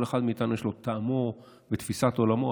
כל אחד מאיתנו יש לו טעם ותפיסת עולם משלו.